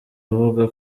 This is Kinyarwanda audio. avuga